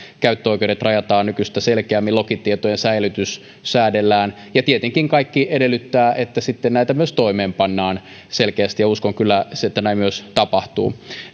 käyttöoikeudet rajataan nykyistä selkeämmin lokitietojen säilytystä säädellään ja tietenkin kaikki edellyttää että näitä sitten myös toimeenpannaan selkeästi ja uskon kyllä sen että näin myös tapahtuu